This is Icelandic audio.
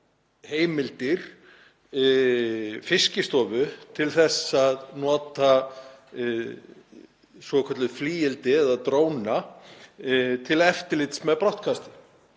heimildir Fiskistofu til þess að nota svokölluð flygildi eða dróna til eftirlits með brottkasti.